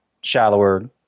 shallower